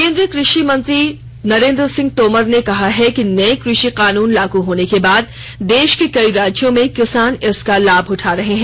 केन्द्रीय कृषि मंत्री नरेन्द्र सिंह तोमर ने कहा है कि नए कृषि कानून लागू होने के बाद देश के कई राज्यों में किसान इसका लाभ उठा रहे हैं